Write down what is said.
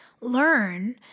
learn